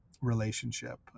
relationship